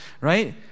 Right